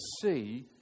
see